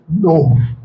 No